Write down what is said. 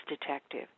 detective